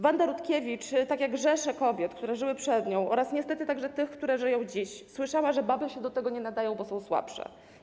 Wanda Rutkiewicz, podobnie tak jak rzesze kobiet, które żyły przed nią oraz niestety także te, które żyją dziś, słyszała, że baby się do tego nie nadają, bo są słabsze.